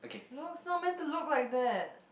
look it's not meant to look like that